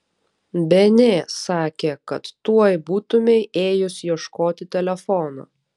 benė sakė kad tuoj būtumei ėjus ieškoti telefono